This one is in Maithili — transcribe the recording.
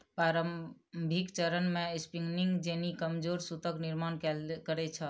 प्रारंभिक चरण मे स्पिनिंग जेनी कमजोर सूतक निर्माण करै छल